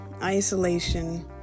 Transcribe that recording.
Isolation